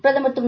பிரதமர் திரு